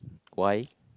why